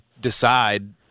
decide –